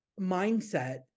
mindset